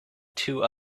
two